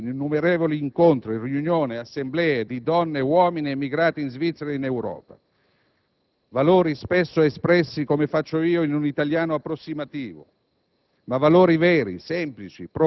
Questi valori si sono poi arricchiti in innumerevoli incontri, riunioni, assemblee di donne e uomini emigrati in Svizzera, in Europa; valori spesso espressi, come faccio io, in un italiano approssimativo,